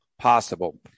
possible